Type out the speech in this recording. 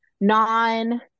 non